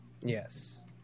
Yes